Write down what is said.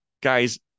guys